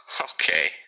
Okay